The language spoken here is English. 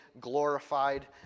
glorified